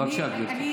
בבקשה, גברתי.